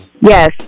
Yes